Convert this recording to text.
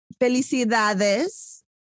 felicidades